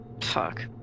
Fuck